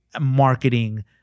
marketing